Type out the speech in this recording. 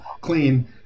clean